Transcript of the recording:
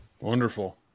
Wonderful